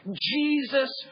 Jesus